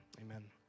amen